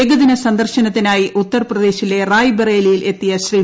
ഏകദിന സന്ദർശനത്തിനായി ഉത്തർപ്രദേശിലെ റായ് ബറേലിയിൽ എത്തിയ ശ്രീ